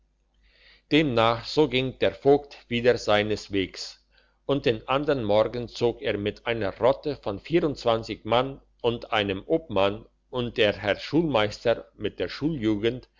demnach so ging der vogt wieder seines wegs und den andern morgen zog er mit einer rotte von vierundzwanzig mann und einem obmann und der herr schulmeister mit der